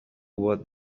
what